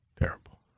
Terrible